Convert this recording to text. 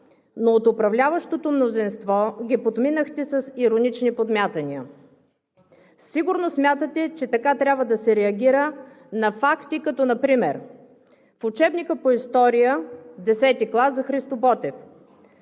но от управляващото мнозинство ги подминахте с иронични подмятания. Сигурно смятате, че така трябва да се реагира на факти, като например: в учебника по история за 10-и клас за Христо Ботев: